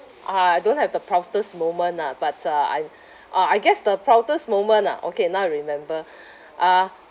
uh I don't have the proudest moment ah but uh I uh I guess the proudest moment ah okay now I remember uh